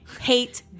hate